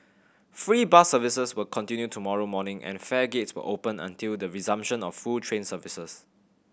free bus services will continue tomorrow morning and fare gates will open until the resumption of full train services